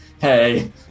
Hey